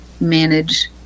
manage